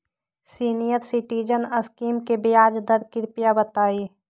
senior citizen scheme के ब्याज दर कृपया बताईं